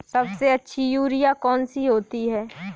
सबसे अच्छी यूरिया कौन सी होती है?